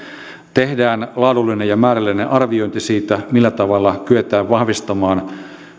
tehdään laadullinen ja määrällinen arviointi siitä millä tavalla kyetään vahvistamaan